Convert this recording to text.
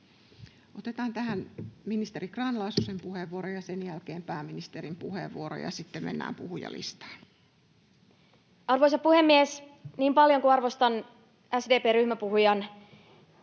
Otetaan tähän ministeri Grahn-Laasosen puheenvuoro ja sen jälkeen pääministerin puheenvuoro, ja sitten mennään puhujalistaan. Arvoisa puhemies! Niin paljon kuin arvostan SDP:n ryhmäpuhujan